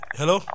hello